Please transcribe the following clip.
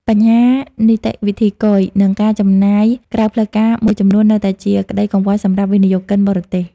បញ្ហានីតិវិធីគយ និងការចំណាយក្រៅផ្លូវការមួយចំនួន នៅតែជាក្ដីកង្វល់សម្រាប់វិនិយោគិនបរទេស។